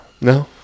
no